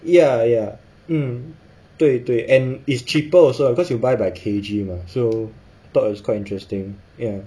ya ya 对对 and it's cheaper also ah because you buy by K_G mah so thought it's quite interesting ya